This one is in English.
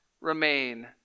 remain